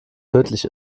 tödlich